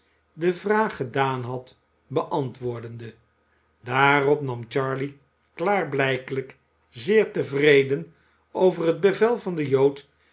de vraag gedaan had beantwoordende daarop nam charley klaarblijkelijk zeer tevreden over het bevel van den jood